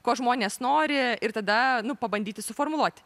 ko žmonės nori ir tada nu pabandyti suformuluoti